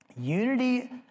Unity